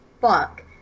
fuck